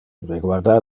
reguardar